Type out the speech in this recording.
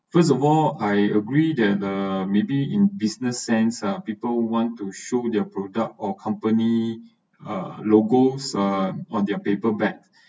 first of all I agree that err maybe in business sense ah people want to show their product or company uh logos uh on their paper bag